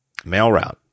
MailRoute